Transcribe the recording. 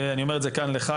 ואני אומר את זה כאן לך,